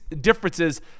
differences